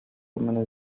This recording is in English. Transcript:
woman